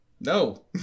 No